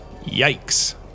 Yikes